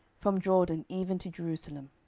from jordan even to jerusalem.